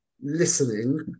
listening